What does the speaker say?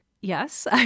yes